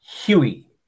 Huey